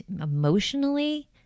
emotionally